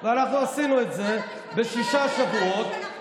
ואנחנו עשינו את זה בשישה שבועות,